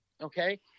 okay